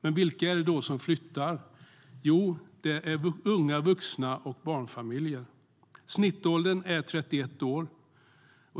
Men vilka är det som flyttar? Jo, det är unga vuxna och barnfamiljer. Snittåldern är 31 år.